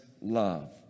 love